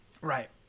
Right